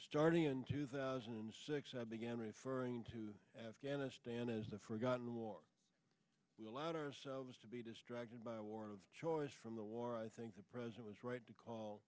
starting in two thousand and six i began referring to afghanistan as the forgotten war we allowed ourselves to be distracted by a war of choice from the war i think the president was right to call